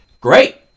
great